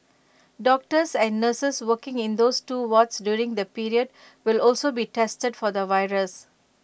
doctors and nurses working in those two wards during the period will also be tested for the virus